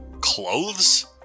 Clothes